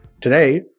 today